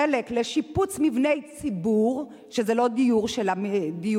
חלק לשיפוץ מבני ציבור, שזה לא דיור לזכאים,